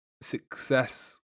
success